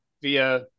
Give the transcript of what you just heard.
via